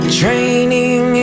training